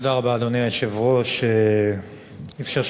אדוני היושב-ראש, תודה רבה,